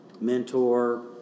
mentor